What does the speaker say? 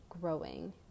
growing